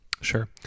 Sure